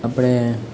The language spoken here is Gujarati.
આપણે